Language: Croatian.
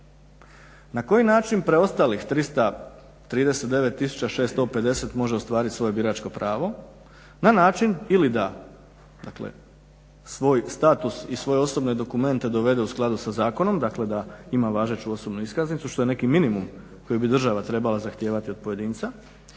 Na koji način preostalih 339 650 može ostvariti svoje biračko pravo? Na način ili da, dakle svoj status i svoje osobne dokumente dovede u skladu sa zakonom, dakle da ima važeću osobnu iskaznicu, što je neki minimum koji bi država trebala zahtijevati od pojedinca